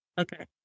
Okay